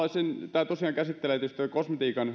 edellä tämä tosiaan käsittelee erityisesti kosmetiikan